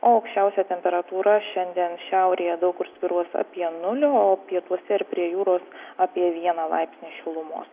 o aukščiausia temperatūra šiandien šiaurėje daug kur svyruos apie nulį o pietuose ir prie jūros apie vieną laipsnį šilumos